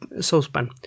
saucepan